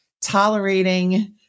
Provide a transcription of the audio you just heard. tolerating